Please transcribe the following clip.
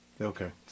Okay